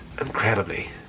incredibly